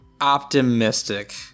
optimistic